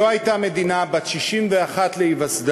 היה הייתה מדינה בת 61 להיווסדה,